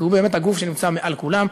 כי הוא באמת הגוף שנמצא מעל כולם,